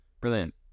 brilliant